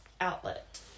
outlet